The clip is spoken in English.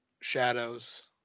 shadows